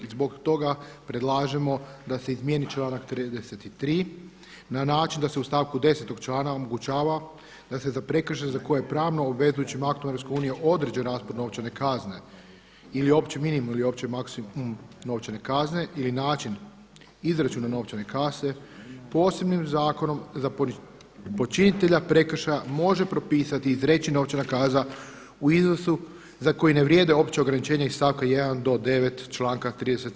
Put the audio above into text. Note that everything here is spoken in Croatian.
Zbog toga predlažemo da se izmijeni članak 33. na način da se u stavku 10. tog člana omogućava da se za prekršaj za koje pravno obvezujućim aktom EU određen raspon novčane kazne ili opći minimum ili opći maksimum novčane kazne ili način izračuna novčane kazne posebnim zakonom za počinitelja prekršaja može propisati i izreći novčana kazna u iznosu za koji ne vrijede opće ograničenje iz stavka 1. do 9. članka 33.